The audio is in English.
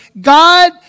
God